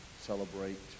celebrate